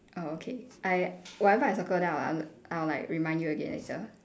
oh okay I whatever I circle then I'll I'll like remind you again later